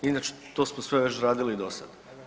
Inače to smo sve već radili i do sada.